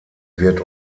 wird